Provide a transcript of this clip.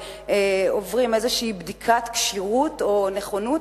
עוברים איזושהי בדיקת כשירות או נכונות.